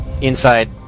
inside